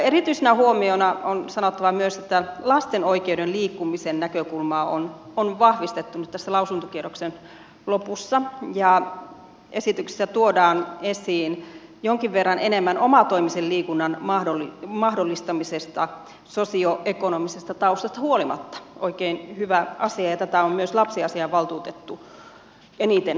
erityisenä huomiona on sanottava myös että näkökulmaa lasten oikeudesta liikkumiseen on vahvistettu nyt tässä lausuntokierroksen lopussa ja esityksessä tuodaan esiin jonkin verran enemmän omatoimisen liikunnan mahdollistamista sosioekonomisesta taustasta huolimatta oikein hyvä asia ja tätä on myös lapsiasiavaltuutettu eniten korostanut